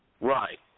Right